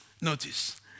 Notice